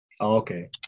Okay